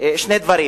שני דברים: